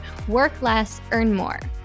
WORKLESSEARNMORE